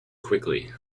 quickly